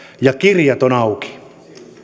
ja kirjat ovat auki